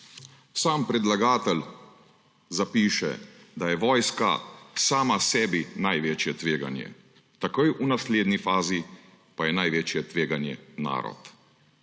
Sam predlagatelj zapiše, da je vojska sama sebi največje tveganje. Takoj v naslednji fazi pa je največje tveganje narod.